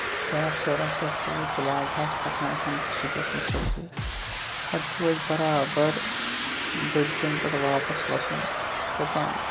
بیٛاکھ ٹٲر آسہِ ہا سۭتۍ سُہ لاگہٕ ہَس پَکناوٕ ہن تہٕ سُہ تہِ اوس نہٕ سۭتی پَتہٕ پیوٚو اَسہِ برابر دٔبجیٚن پٮ۪ٹھ واپَس وَسُن کوتامَتھ